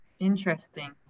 Interesting